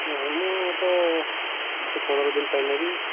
ହଁ ମୁଁ ତ ବାକି ପନ୍ଦର୍ ଦିନ ପାଇଁ ନେବି